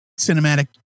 cinematic